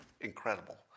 incredible